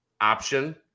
option